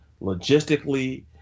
logistically